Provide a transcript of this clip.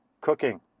cooking